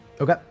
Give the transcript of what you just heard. Okay